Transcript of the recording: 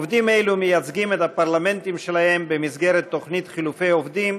עובדים אלו מייצגים את הפרלמנטים שלהם במסגרת תוכנית חילופי עובדים